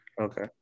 okay